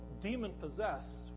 demon-possessed